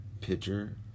picture